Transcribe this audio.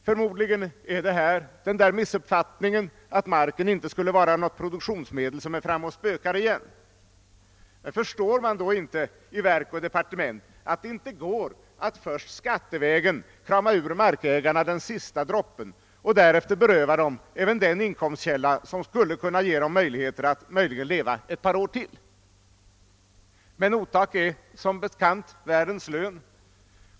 Förmodligen är det missuppfattningen att marken inte skulle vara något produktionsmedel som är framme och spökar igen. Förstår man då inte i verk och departement att det inte går att först skattevägen krama ur markägarna den sista droppen och därefter beröva dem även den inkomstkälla som skulle kunna ge dem möjlighet att leva ett par år till? Men otack är som bekant världens lön.